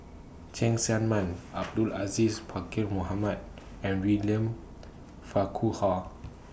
Cheng Tsang Man Abdul Aziz Pakkeer Mohamed and William Farquhar